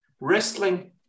Wrestling